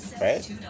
right